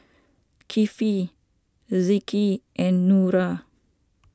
Kefli Rizqi and Nura